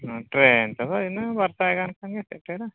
ᱴᱨᱮ ᱱ ᱛᱮᱦᱚᱸ ᱤᱱᱟᱹ ᱵᱟᱨ ᱥᱟᱭᱜᱟᱱ ᱠᱷᱟᱱᱜᱮ ᱥᱮᱴᱮᱨᱟ